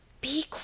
Be